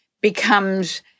becomes